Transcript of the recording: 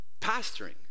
pastoring